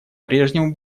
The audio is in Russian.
прежнему